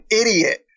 idiot